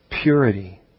Purity